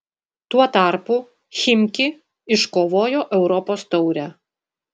tuo tarpu chimki iškovojo europos taurę